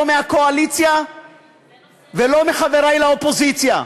לא מהקואליציה ולא מחברי לאופוזיציה.